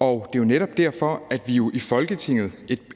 det er jo derfor, at vi,